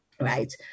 right